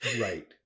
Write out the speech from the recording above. Right